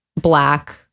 black